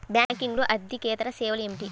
బ్యాంకింగ్లో అర్దికేతర సేవలు ఏమిటీ?